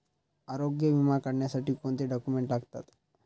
आरोग्य विमा काढण्यासाठी कोणते डॉक्युमेंट्स लागतात?